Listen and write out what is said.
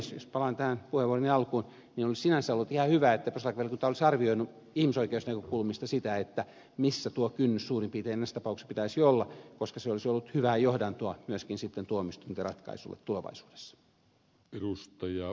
jos palaan tähän puheenvuoroni alkuun niin olisi sinänsä ollut ihan hyvä että perustuslakivaliokunta olisi arvioinut ihmisoikeusnäkökulmista sitä missä tuo kynnyksen suurin piirtein näissä tapauksissa pitäisi olla koska se olisi ollut hyvää johdantoa myöskin sitten tuomioistuinten ratkaisuille tulevaisuudessa